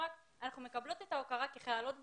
אנחנו מקבלות את ההכרה כחיילות בודדות.